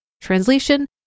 Translation